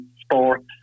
sports